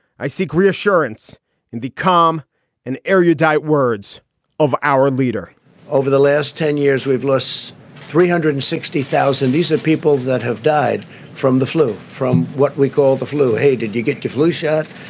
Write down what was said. i seek reassurance in the calm and erudite words of our leader over the last ten years, we've lost three hundred and sixty thousand decent people that have died from the flu. from what we call the flu. hey, did you get a flu shot?